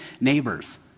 neighbors